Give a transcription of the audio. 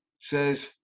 says